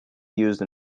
used